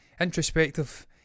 introspective